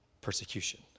persecution